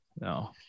No